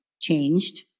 changed